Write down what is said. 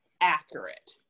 accurate